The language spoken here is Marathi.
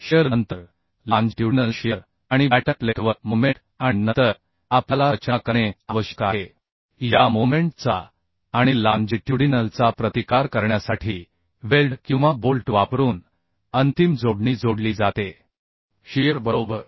शिअर नंतर लाँजिट्युडिनल शिअर आणि बॅटन प्लेटवर मोमेंट आणि नंतर आपल्याला रचना करणे आवश्यक आहे या मोमेंट चा आणि लाँजिट्युडिनल चा प्रतिकार करण्यासाठी वेल्ड किंवा बोल्ट वापरून अंतिम जोडणी जोडली जाते शिअर बरोबर